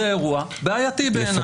זה אירוע בעייתי בעיניי.